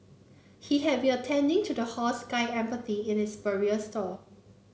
he had been attending to the horse Sky Empathy in its barrier stall